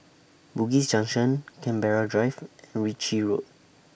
Bugis Junction Canberra Drive and Ritchie Road